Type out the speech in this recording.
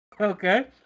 Okay